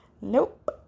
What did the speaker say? Nope